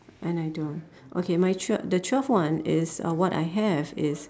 and I don't okay my tw~ the twelve one is uh what I have is